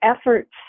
efforts